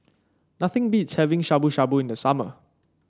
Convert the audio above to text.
nothing beats having Shabu Shabu in the summer